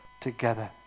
together